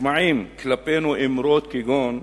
מושמעות כלפינו אמירות כגון: